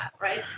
right